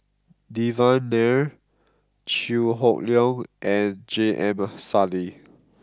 Devan Nair Chew Hock Leong and J M Sali